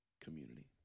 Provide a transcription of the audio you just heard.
community